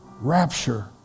rapture